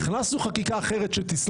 והכנסנו חקיקה אחרת שהיא ביזארית,